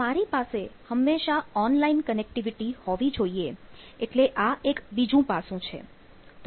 તો મારી પાસે હંમેશા ઓનલાઇન કનેક્ટિવિટી હોવી જોઈએ એટલે આ એક બીજું પાસું છે